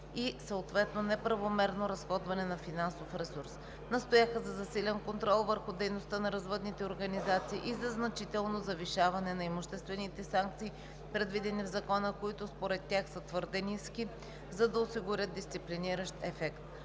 и съответно неправомерно разходване на финансов ресурс. Настояха за засилен контрол върху дейността на развъдните организации и за значително завишаване на имуществените санкции, предвидени в Закона, които според тях са твърде ниски, за да осигурят дисциплиниращ ефект.